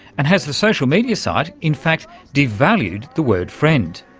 and has the social media site, in fact, devalued the word friend?